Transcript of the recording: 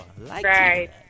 Right